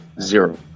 zero